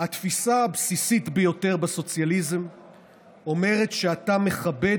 "התפיסה הבסיסית ביותר בסוציאליזם אומרת שאתה מכבד